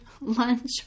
Lunch